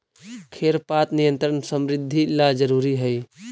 खेर पात नियंत्रण समृद्धि ला जरूरी हई